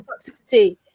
toxicity